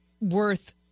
worth